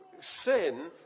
Sin